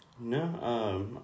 No